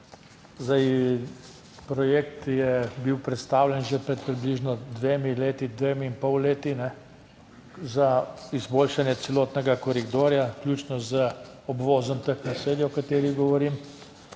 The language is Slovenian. Zdaj, projekt je bil predstavljen že pred približno dvemi leti, dvemi in pol leti za izboljšanje celotnega koridorja, vključno z obvozom teh naselij, o katerih govorim,